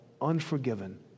unforgiven